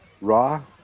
Raw